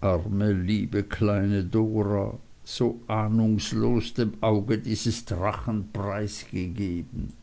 arme liebe kleine dora so ahnungslos dem auge dieses drachen preisgegeben